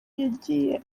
yagiye